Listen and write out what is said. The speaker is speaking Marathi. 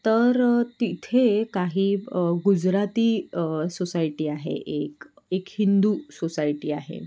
तर तिथे काही गुजराती सोसायटी आहे एक एक हिंदू सोसायटी आहे